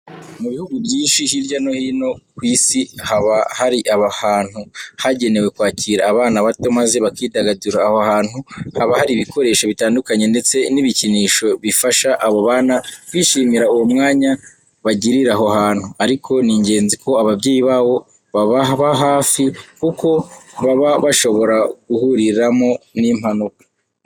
Mu bihugu byinshi hirya no hino ku isi, haba hari ahantu hagenewe kwakira abana bato maze bakidagadura. Aho hantu haba hari ibikoresho bitandukanye ndetse n'ibikinisho bifasha abo bana kwishimira uwo myanya bagirira aho hantu. Ariko ni ingenzi ko ababyeyi babo bababa hafi kuko baba bashobora guhuriramo n'impanuka.